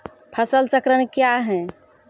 फसल चक्रण कया हैं?